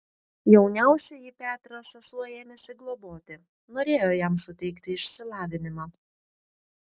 jauniausiąjį petrą sesuo ėmėsi globoti norėjo jam suteikti išsilavinimą